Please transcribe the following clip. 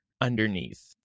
underneath